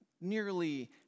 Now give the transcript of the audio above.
nearly